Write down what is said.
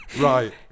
Right